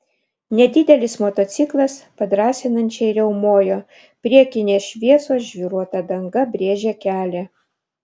nedidelis motociklas padrąsinančiai riaumojo priekinės šviesos žvyruota danga brėžė kelią